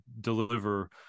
deliver